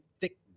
thick